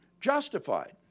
justified